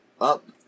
up